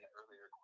earlier